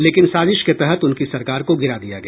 लेकिन साजिश के तहत उनकी सरकार को गिरा दिया गया